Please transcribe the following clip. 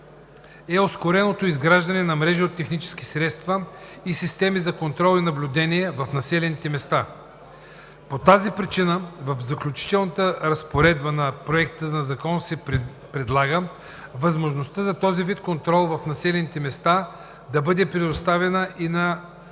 е ускорено изграждане на мрежата от технически средства и системи за контрол и наблюдение в населените места. По тази причина в Заключителната разпоредба на Проекта на закон се предлага възможност за този вид контрол в населените места да бъде предоставена и на